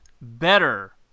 better